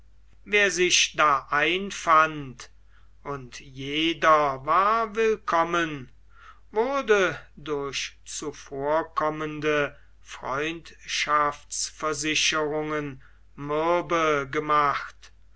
wer sich da einfand und jeder war willkommen wurde durch zuvorkommende freundschaftsversicherungen mürbe gemacht